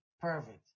perfect